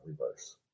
reverse